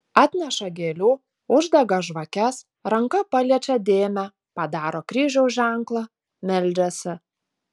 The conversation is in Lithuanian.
atneša gėlių uždega žvakes ranka paliečią dėmę padaro kryžiaus ženklą meldžiasi